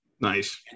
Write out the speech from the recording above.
Nice